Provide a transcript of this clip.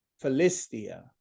Philistia